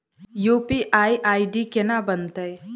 UPI ID केना बनतै?